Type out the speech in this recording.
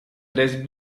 tres